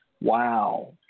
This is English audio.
Wow